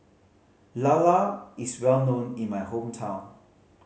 lala is well known in my hometown